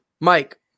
Mike